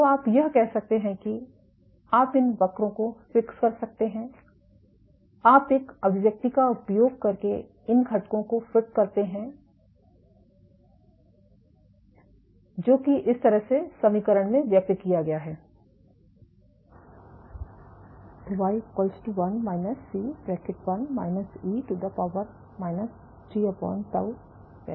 तो आप यह कर सकते है कि आप इन वक्रों को फिक्स कर सकते हैं आप एक अभिव्यक्ति का उपयोग करके इन घटकों को फिट कर सकते हैं जो कि इस तरह से y 1 - C 1 e tτ समीकरण में व्यक्त किया गया हैं